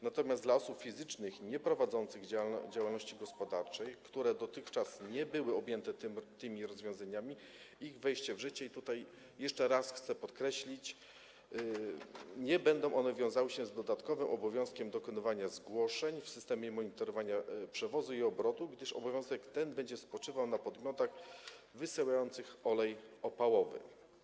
Natomiast dla osób fizycznych nieprowadzących działalności gospodarczej, które dotychczas nie były objęte tymi rozwiązaniami, ich wejście w życie - tutaj jeszcze raz chcę to podkreślić - nie będzie wiązało się z dodatkowym obowiązkiem dokonywania zgłoszeń w systemie monitorowania przewozu i obrotu, gdyż obowiązek ten będzie spoczywał na podmiotach wysyłających olej opałowy.